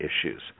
issues